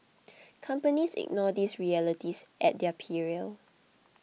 companies ignore these realities at their peril